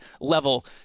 level